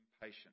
patient